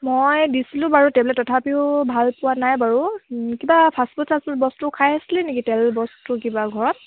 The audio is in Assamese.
মই দিছিলোঁ বাৰু টেবলেত তথাপিও ভাল পোৱা নাই বাৰু কিবা ফাষ্টফুড চাষ্টফুড বস্তু খাই আহিছিলে নেকি তেল বস্তু কিবা ঘৰত